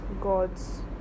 God's